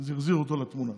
זה החזיר אותו לתמונה.